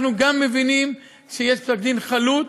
אנחנו גם מבינים שיש פסק-דין חלוט,